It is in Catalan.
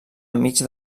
enmig